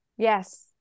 Yes